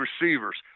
receivers